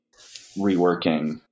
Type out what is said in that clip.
reworking